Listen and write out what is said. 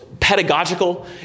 Pedagogical